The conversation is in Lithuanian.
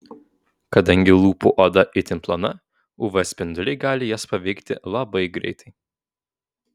kadangi lūpų oda itin plona uv spinduliai gali jas paveikti labai greitai